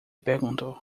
perguntou